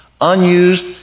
Unused